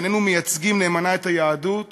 שאיננו מייצגים נאמנה את היהדות.